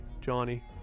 Johnny